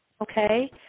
okay